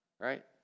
right